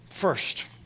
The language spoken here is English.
First